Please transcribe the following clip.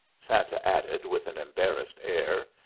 santa added with an embarrassed air.